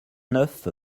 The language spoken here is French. neuf